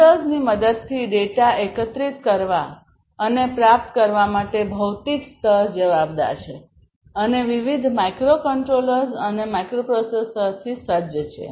સેન્સર્સની મદદથી ડેટા એકત્રિત કરવા અને પ્રાપ્ત કરવા માટે ભૌતિક સ્તર જવાબદાર છે અને વિવિધ માઇક્રોકન્ટ્રોલર્સ અને માઇક્રોપ્રોસેસરથી સજ્જ છે